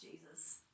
Jesus